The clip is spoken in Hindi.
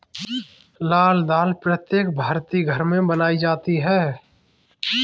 लाल दाल प्रत्येक भारतीय घर में बनाई जाती है